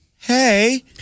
hey